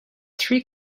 three